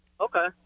Okay